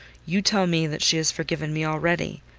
you tell me that she has forgiven me already.